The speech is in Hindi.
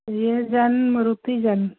ये जन मरूती जेन